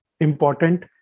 important